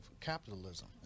capitalism